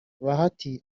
bahati